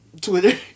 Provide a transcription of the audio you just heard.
Twitter